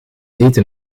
eten